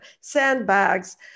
sandbags